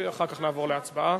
ואחר כך נעבור להצבעה,